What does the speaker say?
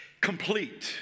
complete